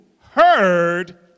heard